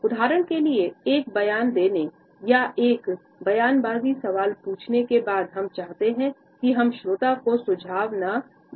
उदाहरण के लिए एक बयान देने या एक बयानबाजी सवाल पूछने के बाद हम चाहते हैं कि हम श्रोता को सुझाव न दें